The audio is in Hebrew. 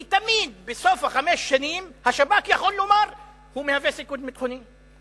כי תמיד בסוף חמש השנים השב"כ יכול לומר: הוא מהווה סיכון ביטחוני.